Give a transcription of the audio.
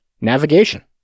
navigation